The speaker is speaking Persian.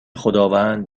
خداوند